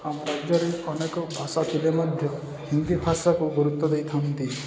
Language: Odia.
ଆମ ରାଜ୍ୟରେ ଅନେକ ଭାଷା ଥିଲେ ମଧ୍ୟ ହିନ୍ଦୀ ଭାଷାକୁ ଗୁରୁତ୍ୱ ଦେଇଥାନ୍ତି